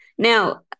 Now